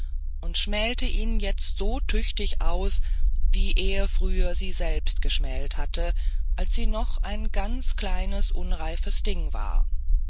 und schmälte ihn jetzt so tüchtig aus wie er früher sie selbst geschmält hatte als sie noch ein ganz kleines unreifes ding war